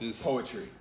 poetry